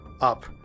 up